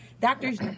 Doctors